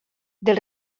del